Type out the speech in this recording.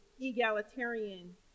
egalitarian